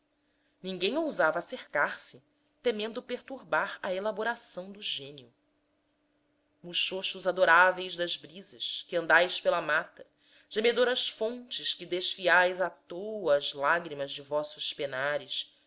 ninguém ousava acercar-se temendo perturbar a elaboração do gênio muxoxos adoráveis das brisas que andais pela mata gemedoras fontes que desfiais à toa as lágrimas de vossos penares